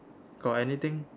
got anything